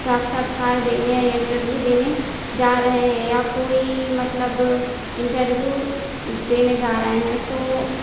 साक्षात्कार देने या इंटरव्यू देने जा रहे हैं या कोई मतलब इंटरव्यू देने जा रहे हैं तो